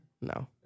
No